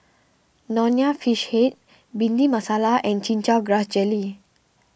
Nonya Fish Head Bhindi Masala and Chin Chow Grass Jelly